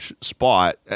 spot